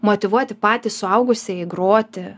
motyvuoti patys suaugusieji groti